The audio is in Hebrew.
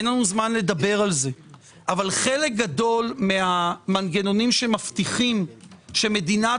אין לנו זמן לדבר על זה אבל חלק גדול מהמנגנונים שמבטיחים שמדינת